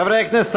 חברי הכנסת,